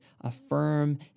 affirm